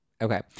Okay